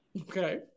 Okay